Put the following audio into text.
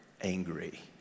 angry